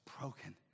broken